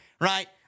right